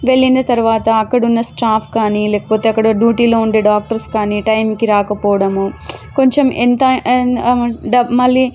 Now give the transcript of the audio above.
వెళ్ళిన తర్వాత అక్కడున్న స్టాప్ కానీ లేకపోతే అక్కడ డ్యూటీలో ఉండే డాక్టర్స్ కానీ టైంకి రాకపోవడము కొంచెం ఎంత మళ్ళీ